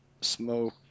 Smoke